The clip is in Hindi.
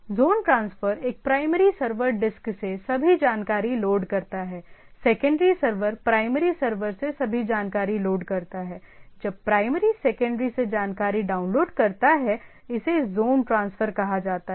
ज़ोन ट्रांसफर एक प्राइमरी सर्वर डिस्क से सभी जानकारी लोड करता है सेकेंडरी सर्वर प्राइमरी सर्वर से सभी जानकारी लोड करता है जब प्राइमरी सेकेंडरी से जानकारी डाउनलोड करता है इसे ज़ोन ट्रांसफर कहा जाता है